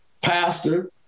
pastor